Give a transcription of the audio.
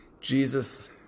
Jesus